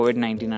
COVID-19